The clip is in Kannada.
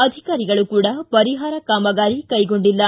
ಅಧಿಕಾರಿಗಳು ಕೂಡ ಪರಿಹಾರ ಕಾಮಗಾರಿ ಕೈಗೊಂಡಿಲ್ಲ